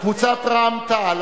קבוצת רע"ם-תע"ל,